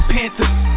Panthers